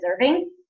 deserving